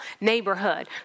neighborhood